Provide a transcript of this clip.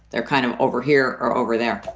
they're kind of over here or over there.